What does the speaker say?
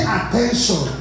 attention